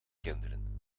kinderen